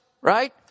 right